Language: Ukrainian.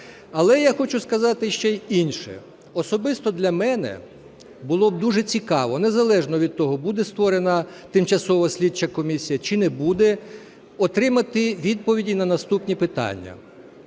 Але я хочу сказати ще й інше. Особисто для мене було б дуже цікаво, незалежно від того буде створена тимчасова слідча комісія чи не буде, отримати відповіді на наступні питання.